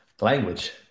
Language